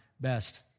best